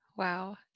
Wow